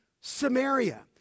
Samaria